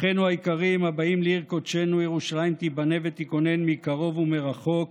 "אחינו היקרים הבאים לעיר קודשנו לירושלים תיבנה ותיכונן מקרוב ומרחוק,